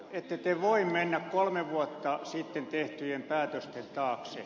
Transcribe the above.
ette te voi mennä kolme vuotta sitten tehtyjen päätösten taakse